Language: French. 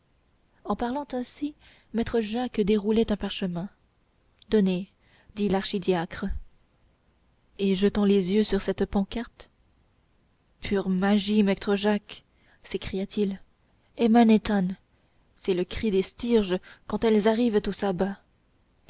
en parlant ainsi maître jacques déroulait un parchemin donnez dit l'archidiacre et jetant les yeux sur cette pancarte pure magie maître jacques s'écria-t-il emen hétan c'est le cri des stryges quand elles arrivent au sabbat